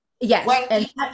yes